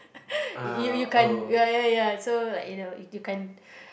you you can't ya ya ya so like you know you you can't